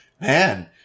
man